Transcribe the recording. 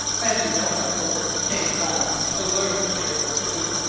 and you know how holt came at last to learn the fearful truth.